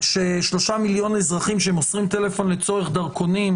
ש-3 מיליון אזרחים שמוסרים טלפון לצורך דרכונים,